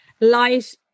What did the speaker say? light